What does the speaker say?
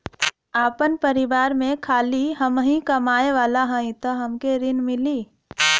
आपन परिवार में खाली हमहीं कमाये वाला हई तह हमके ऋण मिली?